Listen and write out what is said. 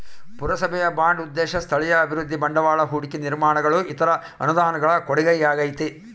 ಪುರಸಭೆಯ ಬಾಂಡ್ ಉದ್ದೇಶ ಸ್ಥಳೀಯ ಅಭಿವೃದ್ಧಿ ಬಂಡವಾಳ ಹೂಡಿಕೆ ನಿರ್ಮಾಣಗಳು ಇತರ ಅನುದಾನಗಳ ಕೊಡುಗೆಯಾಗೈತೆ